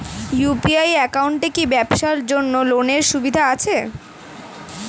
UPI একাউন্টে কি ব্যবসার জন্য লোনের সুবিধা আছে?